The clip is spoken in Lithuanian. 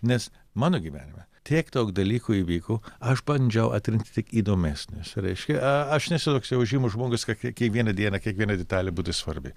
nes mano gyvenime tiek daug dalykų įvyko aš bandžiau atrinkti įdomesnius reiškia aš nesu toks jau žymus žmogus kad kiekvieną dieną kiekviena detalė būti svarbi